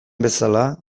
bezala